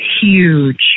huge